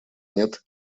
нет